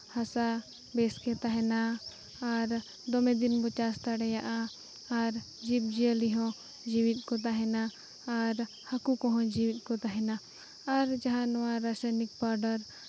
ᱦᱟᱥᱟ ᱵᱮᱥᱜᱮ ᱛᱟᱦᱮᱱᱟ ᱟᱨ ᱫᱚᱢᱮ ᱫᱤᱱ ᱵᱚ ᱪᱟᱥ ᱫᱟᱲᱮᱭᱟᱜᱼᱟ ᱟᱨ ᱡᱤᱵᱽᱼᱡᱤᱭᱟᱹᱞᱤ ᱦᱚᱸ ᱡᱮᱣᱮᱫ ᱠᱚ ᱛᱟᱦᱮᱱᱟ ᱟᱨ ᱦᱟᱹᱠᱩ ᱠᱚᱦᱚᱸ ᱡᱮᱣᱮᱫ ᱠᱚ ᱛᱟᱦᱮᱱᱟ ᱟᱨ ᱡᱟᱦᱟᱸ ᱱᱚᱣᱟ ᱨᱟᱥᱟᱭᱚᱱᱤᱠ ᱯᱟᱣᱰᱟᱨ